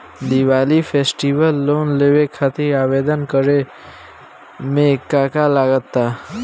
Diwali festival loan लेवे खातिर आवेदन करे म का का लगा तऽ?